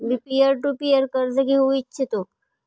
me peer to peer कर्ज घेऊ इच्छितो